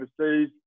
overseas